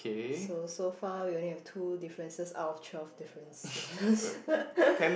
so so far we only have two differences out of twelve differences